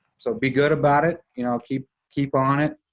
so be good about it, you know, keep keep on it.